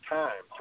time